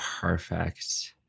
Perfect